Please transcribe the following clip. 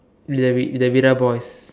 that we that without voice